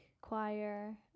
choir